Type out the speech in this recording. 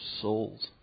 souls